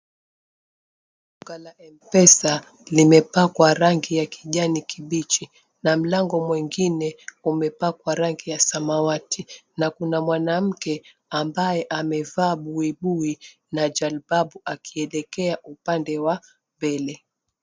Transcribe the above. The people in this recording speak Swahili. Duka la mpesa limepakwa rangi ya kijani kibichi na mlango mwengine umepakwa rangi ya samawati na kuna mwanamke ambaye amevaa buibui na jalbab akielekea upande wa mbele.